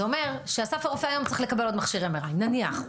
זה אומר שאסף הרופא היום צריך לקבל עוד מכשיר MRI. נניח.